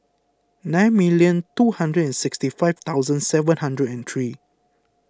nine million two hundred and sixty five thousand seven hundred and three